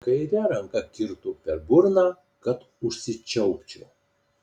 kaire ranka kirto per burną kad užsičiaupčiau